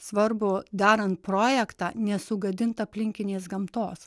svarbu darant projektą nesugadint aplinkinės gamtos